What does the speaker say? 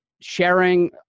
sharing